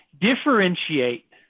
Differentiate